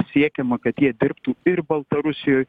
siekiama kad jie dirbtų ir baltarusijoj